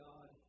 God